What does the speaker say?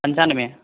पचानवे